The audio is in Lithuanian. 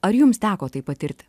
ar jums teko tai patirti